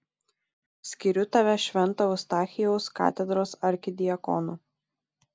skiriu tave švento eustachijaus katedros arkidiakonu